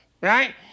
Right